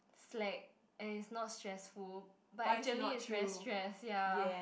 slack and is not stressful but actually is very stress ya